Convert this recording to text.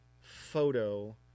photo